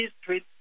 Street